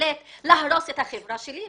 להשתלט ולהרוס את החברה שלי,